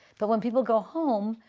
but when people go home,